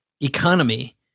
economy